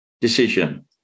decision